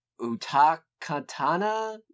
Utakatana